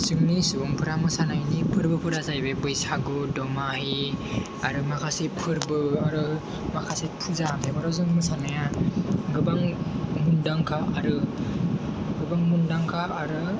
जोंनि सुबुंफोरा मोसानायनि फोरबोफोरा जाहैबाय बैसागु दमाहि आरो माखासे फोरबो आरो माखासे फुजा बेफोराव जों मोसानाया गोबां मुंदांखा आरो गोबां मुंदांखा आरो